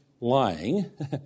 lying